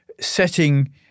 setting